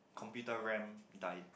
computer ram died